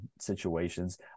situations